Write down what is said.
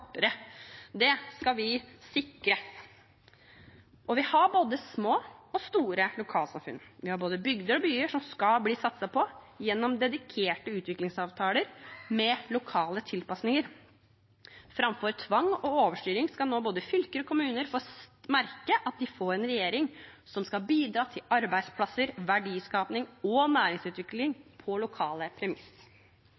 Det skal vi sikre. Vi har både små og store lokalsamfunn. Vi har både bygder og byer som skal bli satset på gjennom dedikerte utviklingsavtaler med lokale tilpasninger. Framfor tvang og overstyring skal nå både fylker og kommuner få merke at de får en regjering som skal bidra til arbeidsplasser, verdiskaping og næringsutvikling